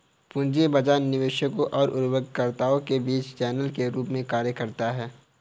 पूंजी बाजार निवेशकों और उधारकर्ताओं के बीच चैनल के रूप में कार्य करता है